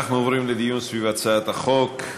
אנחנו עוברים לדיון בהצעת החוק.